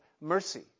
mercy